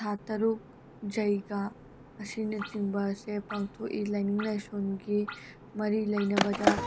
ꯊꯥ ꯇꯔꯨꯛ ꯖꯩꯒ ꯑꯁꯤꯅꯆꯤꯡꯕ ꯑꯁꯦ ꯄꯥꯡꯊꯣꯛꯏ ꯂꯥꯏꯅꯤꯡ ꯂꯥꯏꯁꯣꯟꯒꯤ ꯃꯔꯤ ꯂꯩꯅꯕꯗ